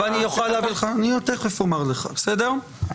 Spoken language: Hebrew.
אני תכף אומר לך, בסדר?